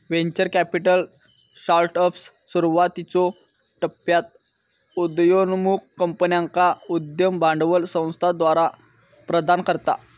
venture capital startups, सुरुवातीच्यो टप्प्यात उदयोन्मुख कंपन्यांका उद्यम भांडवल संस्थाद्वारा प्रदान करता